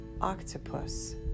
Octopus